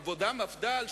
עבודה-מפד"ל,